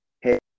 hey